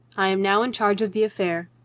i am now in charge of the affair.